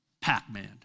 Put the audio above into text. Pac-Man